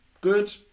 good